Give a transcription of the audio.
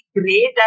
great